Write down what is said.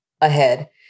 ahead